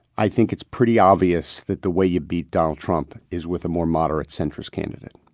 i think it's pretty obvious that the way you beat donald trump is with a more moderate, centrist candidate.